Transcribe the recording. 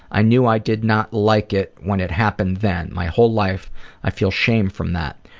i knew i did not like it when it happened then. my whole life i feel shame from that.